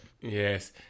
Yes